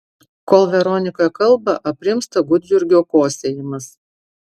kol veronika kalba aprimsta gudjurgio kosėjimas